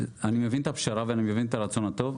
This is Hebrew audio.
אני מבין את הפשרה ואני מבין את הרצון הטוב,